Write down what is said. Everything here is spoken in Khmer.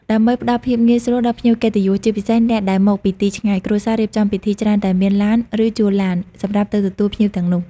ដើម្បីផ្តល់ភាពងាយស្រួលដល់ភ្ញៀវកិត្តិយស ជាពិសេសអ្នកដែលមកពីទីឆ្ងាយ គ្រួសាររៀបចំពិធីច្រើនតែមាន ឡាន ឬជួលឡាន សម្រាប់ទៅទទួលភ្ញៀវទាំងនោះ។